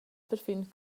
perfin